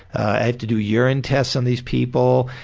i have to do urine tests on these people,